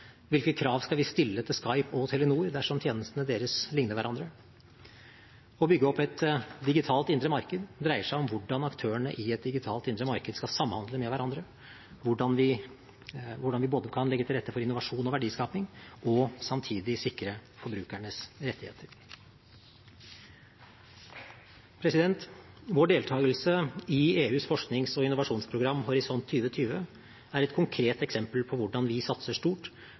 Hvilke krav skal vi stille til Skype og Telenor, dersom tjenestene deres ligner hverandre? Å bygge opp et digitalt indre marked dreier seg om hvordan aktørene i et digitalt indre marked skal samhandle med hverandre, hvordan vi både kan legge til rette for innovasjon og verdiskaping og samtidig sikre forbrukernes rettigheter. Vår deltakelse i EUs forsknings- og innovasjonsprogram, Horisont 2020, er et konkret eksempel på hvordan vi satser stort